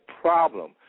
problem